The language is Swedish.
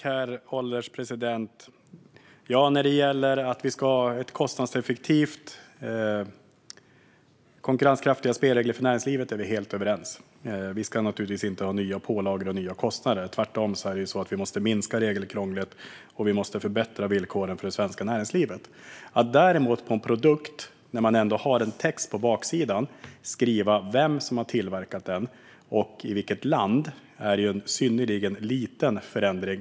Herr ålderspresident! När det gäller att vi ska ha konkurrenskraftiga spelregler för näringslivet är jag och statsrådet helt överens. Vi ska inte ha nya pålagor och kostnader. Vi måste tvärtom minska regelkrånglet och förbättra villkoren för det svenska näringslivet. Att på en produkt, där det ändå finns en text på baksidan, skriva vem som har tillverkat den och i vilket land är däremot en synnerligen liten förändring.